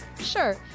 sure